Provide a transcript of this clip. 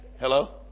Hello